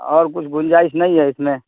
اور کچھ گنجائش نہیں ہے اس میں